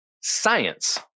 science